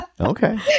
okay